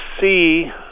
see